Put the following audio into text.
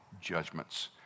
judgments